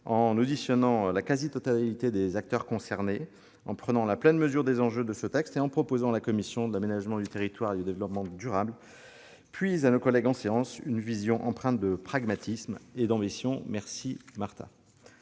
en auditionnant la quasi-totalité des acteurs concernés, en prenant la pleine mesure des enjeux de ce texte et en présentant à la commission de l'aménagement du territoire et du développement durable, puis à nos collègues en séance publique, une vision empreinte de pragmatisme et d'ambition ; qu'elle